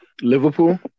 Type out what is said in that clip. Liverpool